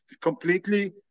completely